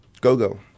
Go-Go